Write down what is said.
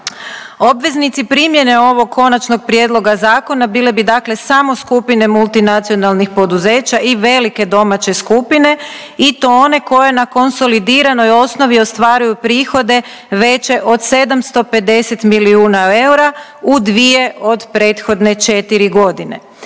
Obveznici primjene ovog konačnog prijedloga zakona bile bi, dakle samo skupine multinacionalnih poduzeća i velike domaće skupine i to one koje na konsolidiranoj osnovi ostvaruju prihode veće od 750 milijuna eura u dvije od prethodne 4 godine.